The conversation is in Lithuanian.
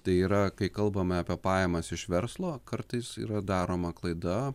tai yra kai kalbame apie pajamas iš verslo kartais yra daroma klaida